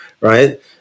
right